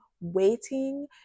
waiting